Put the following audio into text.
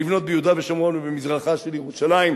לבנות ביהודה ושומרון ובמזרחה של ירושלים,